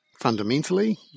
fundamentally